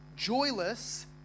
joyless